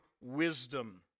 wisdom